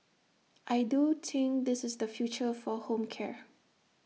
I do think this is the future for home care